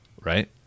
right